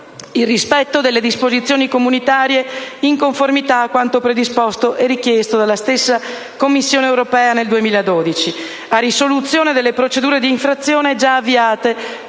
il rispetto delle disposizioni comunitarie, in conformità a quanto predisposto e richiesto dalla stessa Commissione europea nel 2012, a risoluzione delle procedure di infrazione già avviate